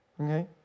Okay